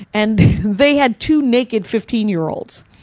and they had two naked fifteen year-olds.